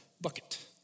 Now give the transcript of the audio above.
bucket